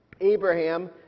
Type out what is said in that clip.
Abraham